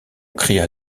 cria